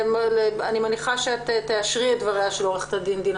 אני מניחה שאת תאשרי את דבריה של עורכת הדין דינה